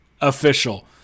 official